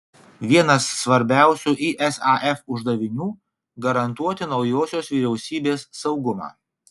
vienas svarbiausių isaf uždavinių garantuoti naujosios vyriausybės saugumą